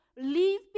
leave